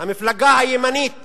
המפלגה הימנית